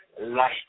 life